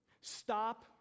stop